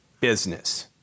business